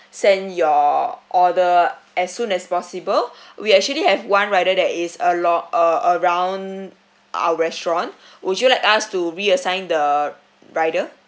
send your order as soon as possible we actually have one rider that is alo~ a~ around our restaurant would you let us to reassign the rider